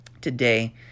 today